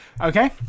Okay